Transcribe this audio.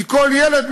כי כל ילד,